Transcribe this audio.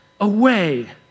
away